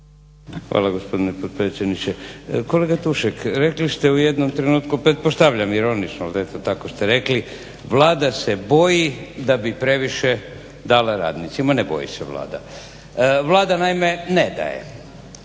Hvala gospodine potpredsjedniče. Kolega Tušak, rekli ste u jednom trenutku pretpostavljam ironično, ali eto tako ste rekli, Vlada se boji da bi previše dala radnicima. Ne boji se Vlada, Vlada naime ne daje,